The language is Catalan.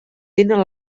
tenen